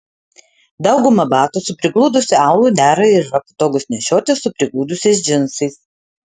dauguma batų su prigludusiu aulu dera ir yra patogūs nešioti su prigludusiais džinsais